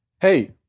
Hey